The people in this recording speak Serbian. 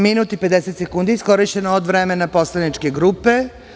Minut i 50 sekundi je iskorišćeno od vremena poslaničke grupe.